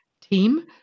team